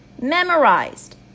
memorized